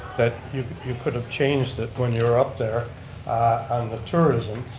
that you could you could have changed it when you were up there on the tourism,